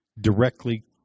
Directly